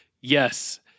yes